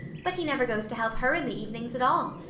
but he never goes to help her in the evenings at all.